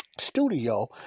Studio